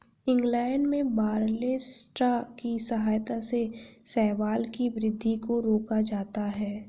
England में barley straw की सहायता से शैवाल की वृद्धि को रोका जाता है